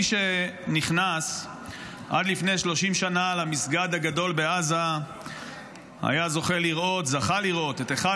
מי שנכנס עד לפני 30 שנה למסגד הגדול בעזה זכה לראות על אחד